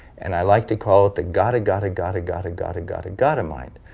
and i like to call it the gotta, gotta, gotta, gotta, gotta, gotta, gotta mind.